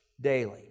daily